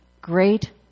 great